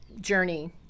journey